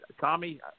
Tommy